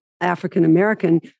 African-American